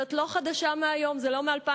זאת לא חדשה מהיום, זה לא מ-2009.